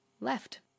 left